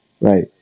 Right